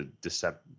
deceptive